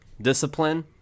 discipline